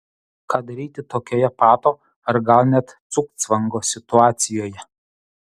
ką daryti tokioje pato ar gal net cugcvango situacijoje